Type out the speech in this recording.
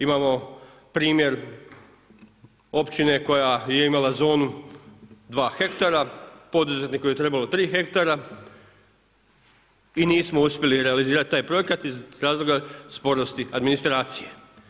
Imamo primjer općine koja je imala zonu dva hektara, poduzetniku je trebalo tri hektara i nismo uspjeli realizirati taj projekat iz razloga sporosti administracije.